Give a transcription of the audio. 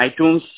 iTunes